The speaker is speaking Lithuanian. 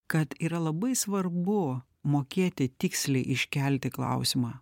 kad yra labai svarbu mokėti tiksliai iškelti klausimą